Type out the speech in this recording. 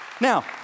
Now